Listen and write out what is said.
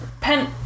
pen